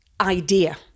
idea